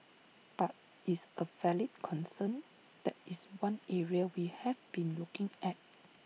but is A valid concern that is one area we have been looking at